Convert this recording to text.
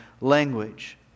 language